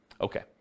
Okay